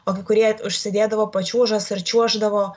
o kai kurie užsidėdavo pačiūžas ir čiuoždavo